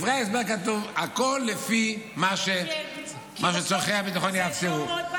בדברי ההסבר כתוב: הכול לפי מה שצורכי הביטחון יאפשרו.